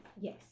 Yes